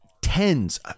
tens